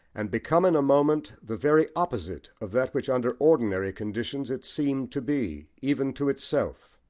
and become in a moment the very opposite of that which under ordinary conditions it seemed to be, even to itself.